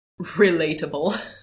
relatable